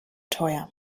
teuer